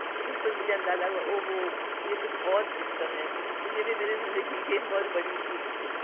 تو پھر مجھے اندازہ ہُوا او ہو یہ کچھ اور سسٹم ہے تو یہ بھی میری زندگی کی ایک بہت بڑی سیکھ تھی